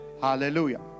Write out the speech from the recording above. Hallelujah